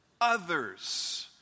Others